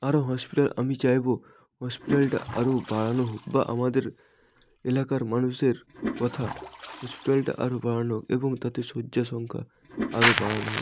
আরো হসপিটাল আমি চাইবো হসপিটালটা আরো বাড়ানো হোক বা আমাদের এলাকার মানুষদের কথা হসপিটালটা আরো বাড়ানো হোক এবং তাতে শয্যা সংখ্যা আরো বাড়ানো হোক